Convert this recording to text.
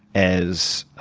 as